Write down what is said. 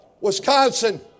Wisconsin